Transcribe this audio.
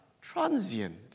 transient